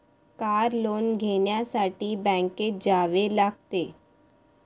car loan घेण्यासाठी बँकेत जावे लागते